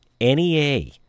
NEA